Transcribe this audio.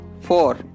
four